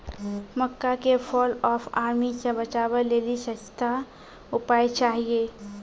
मक्का के fall of army से बचाबै लेली सस्ता उपाय चाहिए?